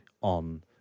on